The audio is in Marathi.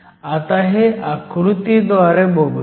आता हे आकृतीद्वारे बघुयात